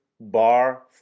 bar